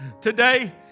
Today